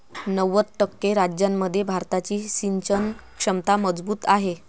नव्वद टक्के राज्यांमध्ये भारताची सिंचन क्षमता मजबूत आहे